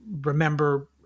remember